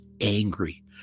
angry